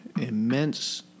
Immense